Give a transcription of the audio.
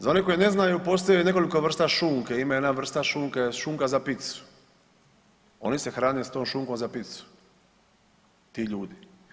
Za one koji ne znaju postoji nekoliko vrsta šunke, ima jedna vrsta šunke, šunka za pizzu, oni se hrane s tom šunkom za pizzu ti ljudi.